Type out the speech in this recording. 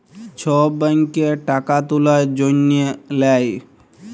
ছব ব্যাংকে টাকা তুলার জ্যনহে লেই